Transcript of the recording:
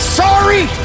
sorry